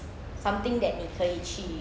something that 你可以去